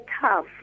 tough